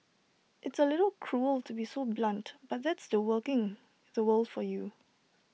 it's A little cruel to be so blunt but that's the working the world for you